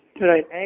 Right